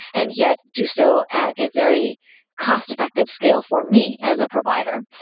and yet do so at a very cost-effective scale for me as a provider.